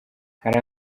hari